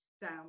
down